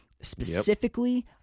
Specifically